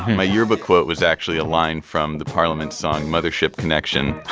my yearbook quote was actually a line from the parliament song mothership connection,